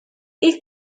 ilk